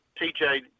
TJ